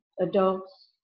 adults